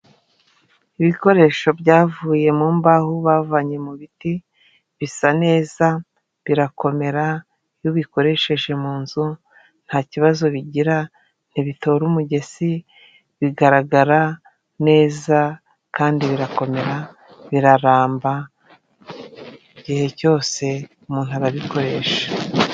Ibikoresho byavuye mu mbaho bavanye mu biti bisa neza birakomera iyo ubikoresheje munzu nta kibazo bigira ntibitora umugesi bigaragara neza kandi birakomera biraramba igihe cyose umuntu arabikoresha.